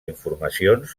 informacions